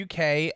UK